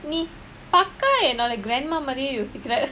நீ பக்கா என்னொட:nee pakka ennoda grandma மாதிரியே யோசிக்கிர:maathiriyae yosikkira